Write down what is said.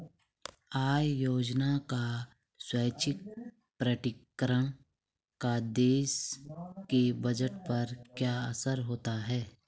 आय योजना का स्वैच्छिक प्रकटीकरण का देश के बजट पर क्या असर होता है?